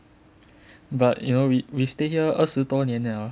but you know we we stay here 二十多年了